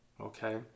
okay